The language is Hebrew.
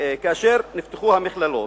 כאשר נפתחו המכללות,